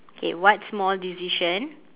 okay what small decision